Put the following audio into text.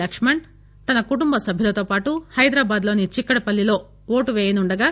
లక్ష్మణ్ తన కుటుంబసభ్యులతో పాటు హైదరాబాద్ లోని చిక్కడపల్లిలో ఓటు పేయనుండగా